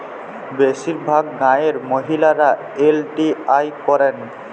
বেশিরভাগ গাঁয়ের মহিলারা এল.টি.আই করেন